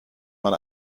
man